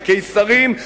הקיסרים,